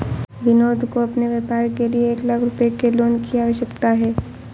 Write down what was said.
विनोद को अपने व्यापार के लिए एक लाख रूपए के लोन की आवश्यकता है